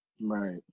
Right